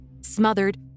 smothered